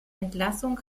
entlassung